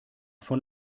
von